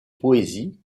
poésie